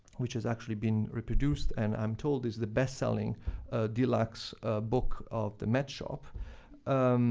which has actually been reproduced, and, i'm told, is the best-selling deluxe book of the met shop